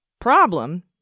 problem